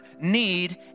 need